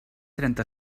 trenta